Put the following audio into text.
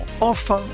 Enfin